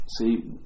See